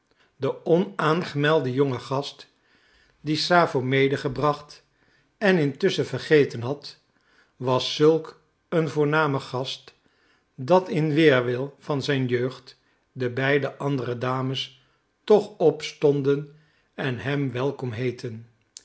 de onaangemelde jonge gast dien sappho medegebracht en intusschen vergeten had was zulk een voorname gast dat in weerwil van zijn jeugd de beide andere dames toch opstonden en hem welkom heetten